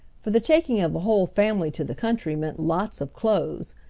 for the taking of a whole family to the country meant lots of clothes,